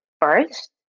first